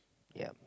yea